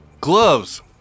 gloves